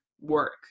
work